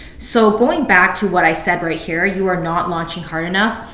so going back to what i said right here, you are not launching hard enough,